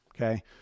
okay